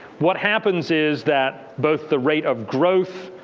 what happens is that both the rate of growth,